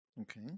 Okay